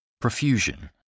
Profusion